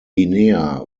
guinea